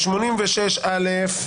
סעיף 86(א):